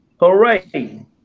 hooray